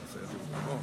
תודה רבה.